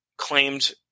Claimed